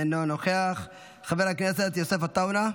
אינו נוכח, חבר הכנסת יוסף עטאונה,